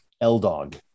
L-Dog